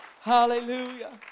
Hallelujah